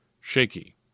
shaky